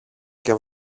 και